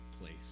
place